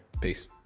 Peace